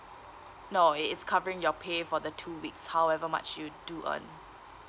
no it's covering your pay for the two weeks however much you do earn